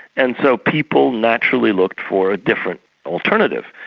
and so people naturally looked for different alternatives.